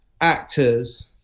actors